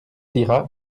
lira